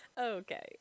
Okay